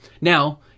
Now